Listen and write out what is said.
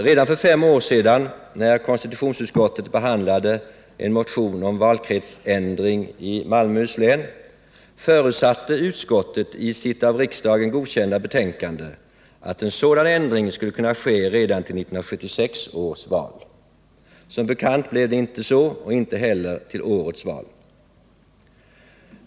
Redan för fem år sedan, när konstitutionsutskottet behandlade en motion om valkretsändring i Malmöhus län, förutsatte utskottet i sitt av riksdagen godkända betänkande att en sådan ändring skulle kunna ske redan till 1976 års val. Som bekant blev det inte så, och inte heller till årets val blir det någon ändring.